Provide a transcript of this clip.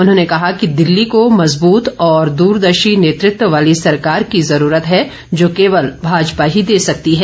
उन्होंने कहा कि दिल्ली को मजबूत और दूरदर्शी नेतृत्व वाली सरकार की जरूरत है जो केवल भाजपा ही दे सकती है